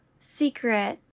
secret